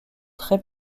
très